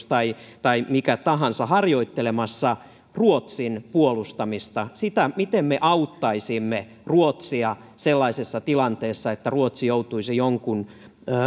tai tai mitä tahansa harjoittelemassa ruotsin puolustamista sitä miten me auttaisimme ruotsia sellaisessa tilanteessa että ruotsi joutuisi jonkun